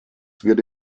würde